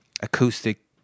acoustic